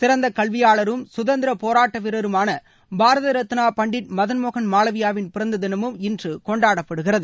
சிறந்த கல்வியாளரும் சுதந்திர போராட்ட வீரருமான பாரத ரத்னா பண்டிட் மதன்மோகன் மாலவியாவின் பிறந்த தினமும் இன்று கொண்டாடப்படுகிறது